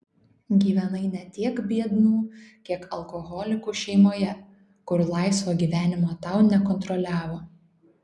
gyvenai ne tiek biednų kiek alkoholikų šeimoje kur laisvo gyvenimo tau nekontroliavo